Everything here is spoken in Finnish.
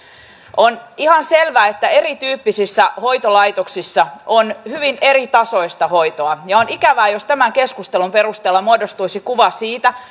on ihan selvää että erityyppisissä hoitolaitoksissa on hyvin eritasoista hoitoa ja on ikävää jos tämän keskustelun perusteella muodostuisi kuva siitä